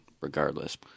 Regardless